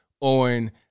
on